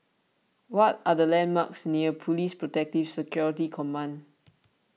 what are the landmarks near Police Protective Security Command